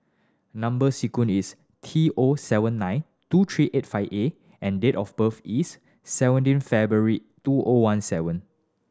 number sequence is T O seven nine two three eight five A and date of birth is seventeen February two O one seven